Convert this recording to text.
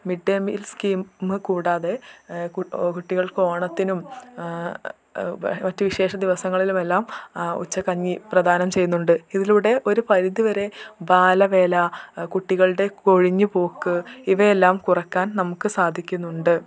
mid day meal scheme കൂടാതെ ഓ കുട്ടികൾക്ക് ഓണത്തിനും മറ്റ് വിശേഷ ദിവസങ്ങളിലുമെല്ലാം ഉച്ചക്കഞ്ഞി പ്രധാനം ചെയ്യുന്നുണ്ട് ഇതിലൂടെ ഒരു പരിധിവരെ ബാല വേല കുട്ടികളുടെ കൊഴിഞ്ഞു പോക്ക് ഇവയെല്ലാം കുറയ്ക്കാൻ നമുക്ക് സാധിക്കുന്നുണ്ട്